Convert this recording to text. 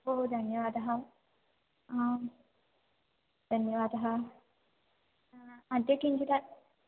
ओ धन्यवादः आम् धन्यवादः अद्य किञ्चित्